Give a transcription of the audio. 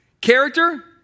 character